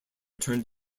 turned